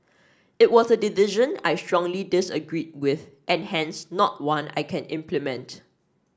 it was a decision I strongly disagreed with and hence not one I can implement